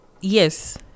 yes